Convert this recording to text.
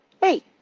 Hey